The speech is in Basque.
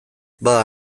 bada